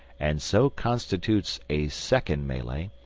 and so constitutes a second melee,